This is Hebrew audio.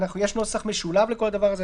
יש נוסח משולב לכל הדבר הזה,